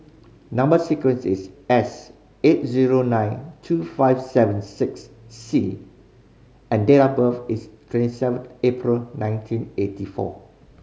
number sequence is S eight zero nine two five seven six C and date of birth is twenty seven April nineteen eighty four